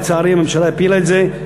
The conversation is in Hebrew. לצערי, הממשלה הפילה את זה.